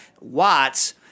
Watts